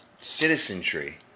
citizenry